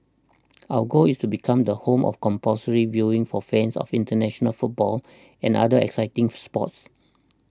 our goal is become the home of compulsory viewing for fans of international football and other exciting sports